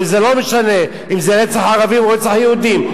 וזה לא משנה אם זה רצח ערבי או רצח יהודים.